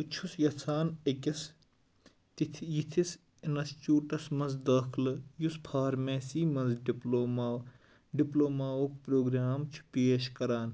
بہٕ چھُس یَژھان أکِس تتھ یِتھس اِنَسچوٹس منٛز دٲخلہٕ یُس فارمیسی منٛز ڈپلوما ڈِپلوماہُک پروگرام چھُ پیش کَران